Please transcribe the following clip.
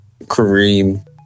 Kareem